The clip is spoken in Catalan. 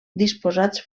disposats